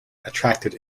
attracted